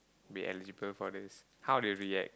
be eligible for this how they react